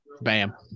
Bam